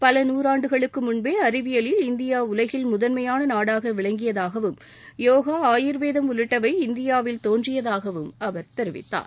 பல நூறாண்டுகளுக்கு முன்பே அறிவியலில் இந்தியா உலகில் முதன்மையான நாடாக விளங்கியதாகவும் யோகா ஆயுர்வேதம் உள்ளிட்டவை இந்தியாவில் தோன்றியதாகவும் அவர் கூறினார்